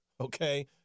okay